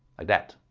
like that.